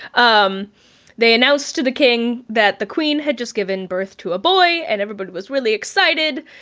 um they announced to the king that the queen had just given birth to a boy and everybody was really excited.